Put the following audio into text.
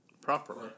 properly